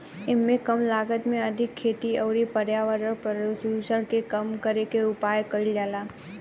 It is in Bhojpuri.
एइमे कम लागत में अधिका खेती अउरी पर्यावरण प्रदुषण के कम करे के उपाय कईल जाला